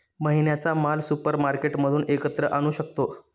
महिन्याचा माल सुपरमार्केटमधून एकत्र आणू शकतो